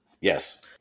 Yes